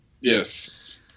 Yes